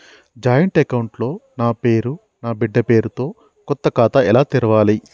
Joint account లో నా పేరు నా బిడ్డే పేరు తో కొత్త ఖాతా ఎలా తెరవాలి?